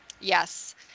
Yes